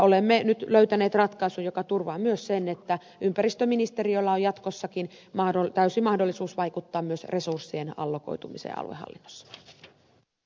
olemme nyt löytäneet ratkaisun joka turvaa myös sen että ympäristöministeriöllä on jatkossakin täysi mahdollisuus vaikuttaa myös resurssien allokoitumiseen alho s s